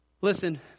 Listen